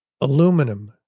aluminum